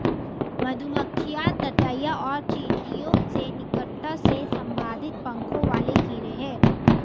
मधुमक्खियां ततैया और चींटियों से निकटता से संबंधित पंखों वाले कीड़े हैं